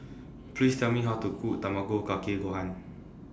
Please Tell Me How to Cook Tamago Kake Gohan